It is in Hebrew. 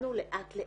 התקדמנו לאט לאט.